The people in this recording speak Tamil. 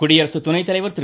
குடியரசு துணைத்தலைவர் திரு